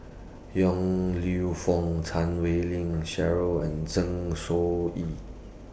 Yong Lew Foong Chan Wei Ling Cheryl and Zeng Shouyin